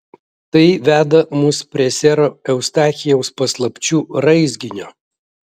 tai veda mus prie sero eustachijaus paslapčių raizginio